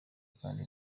kandi